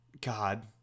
God